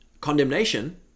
condemnation